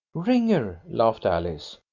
wringer, laughed alice.